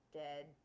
dead